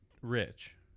rich